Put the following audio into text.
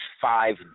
five